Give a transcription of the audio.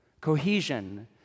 cohesion